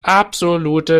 absolute